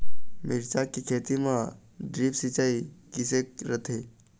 मिरचा के खेती म ड्रिप सिचाई किसे रथे?